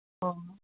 ꯑꯣ